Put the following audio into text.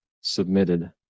submitted